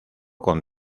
con